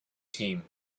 team